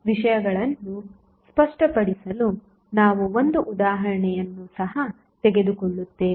ಮತ್ತು ವಿಷಯಗಳನ್ನು ಸ್ಪಷ್ಟಪಡಿಸಲು ನಾವು ಒಂದು ಉದಾಹರಣೆಯನ್ನು ಸಹ ತೆಗೆದುಕೊಳ್ಳುತ್ತೇವೆ